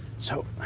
so i'll